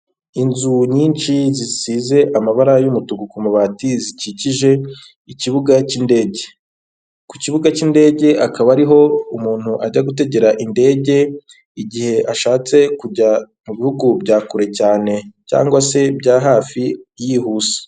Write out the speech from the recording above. Inzu nyinshi zisize amabara y'umutuku ku mabati zikikije ikibuga c'yindege, ku kibuga cy'indege akaba ariho umuntu ajya gutegera indege igihe ashatse kujya mu bihugu bya kure cyane cyangwa se bya hafi yihuse.